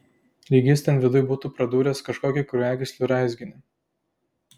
lyg jis ten viduj būtų pradūręs kažkokį kraujagyslių raizginį